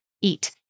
eat